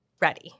ready